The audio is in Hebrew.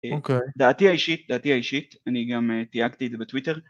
אוקיי. דעתי אישית, דעתי אישית, אני גם תייגתי את זה בטוויטר.